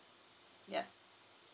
yup